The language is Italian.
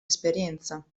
esperienza